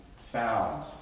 found